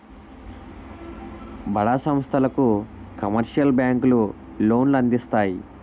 బడా సంస్థలకు కమర్షియల్ బ్యాంకులు లోన్లు అందిస్తాయి